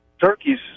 Turkeys